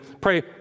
pray